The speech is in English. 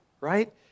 right